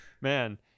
Man